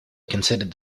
considered